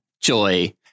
JOY